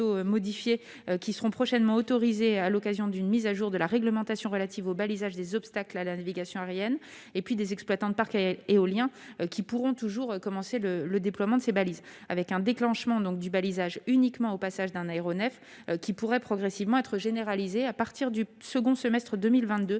qui seront prochainement autorisés à l'occasion d'une mise à jour de la réglementation relative au balisage des obstacles à la navigation aérienne, et puis des exploitants de parcs éoliens qui pourront toujours commencé le le déploiement de ces balises avec un déclenchement donc du balisage uniquement au passage d'un aéronef qui pourrait progressivement être généralisée à partir du second semestre 2022,